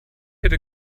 hätte